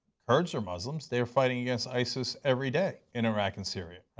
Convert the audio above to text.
kurds are muslims, they are fighting against isis every day in iraq and syria.